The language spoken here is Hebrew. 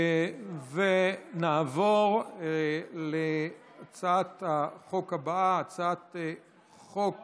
נעבור להצעת החוק הבאה, הצעת חוק